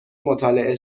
مطالعه